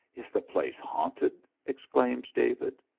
is the place haunted! exclaimed david.